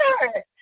sure